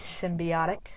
symbiotic